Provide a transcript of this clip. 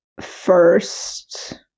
first